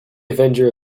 avenger